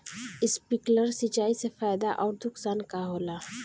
Sprinkler सिंचाई से फायदा अउर नुकसान का होला?